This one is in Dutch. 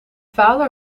vader